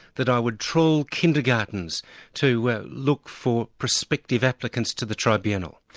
that i would trawl kindergartens to look for prospective applicants to the tribunal.